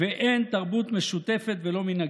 ואין תרבות משותפת ולא מנהגים,